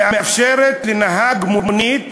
המאפשרת לנהג מונית